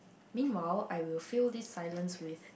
meanwhile I will fill this silence with